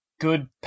Good